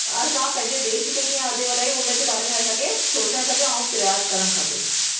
असां पंहिंजे देश खे कीअं अॻिते वधायूं हुनजे बारे में असांखे सोचणु खपे ऐं प्रयास करणु खपे